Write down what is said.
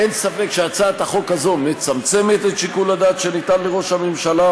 אין ספק שהצעת החוק הזאת מצמצמת את שיקול הדעת שניתן לראש הממשלה,